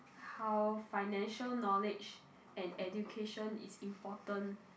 how financial knowledge and education is important